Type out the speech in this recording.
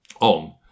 On